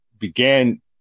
began